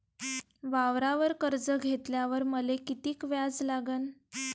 वावरावर कर्ज घेतल्यावर मले कितीक व्याज लागन?